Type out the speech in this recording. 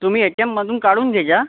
तुम्ही एटीएममधून काढून दे जा